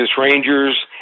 Rangers